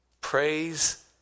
praise